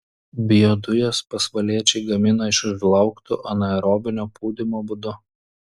biodujas pasvaliečiai gamina iš žlaugtų anaerobinio pūdymo būdu